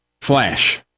Flash